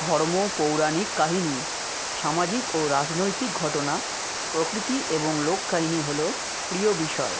ধর্ম পৌরাণিক কাহিনি সামাজিক ও রাজনৈতিক ঘটনা প্রকৃতি এবং লোককাহিনী হলো প্রিয় বিষয়